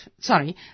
sorry